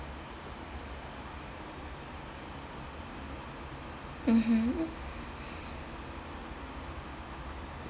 mmhmm